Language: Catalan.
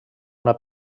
una